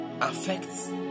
affects